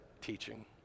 teaching